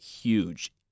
huge